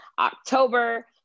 October